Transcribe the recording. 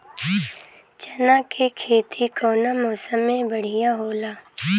चना के खेती कउना मौसम मे बढ़ियां होला?